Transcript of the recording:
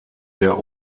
der